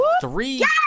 three